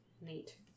Neat